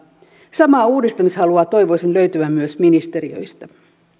samaa uudistamishalua toivoisin löytyvän myös ministeriöistä